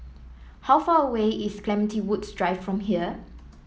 how far away is Clementi Woods Drive from here